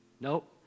Nope